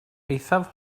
eithaf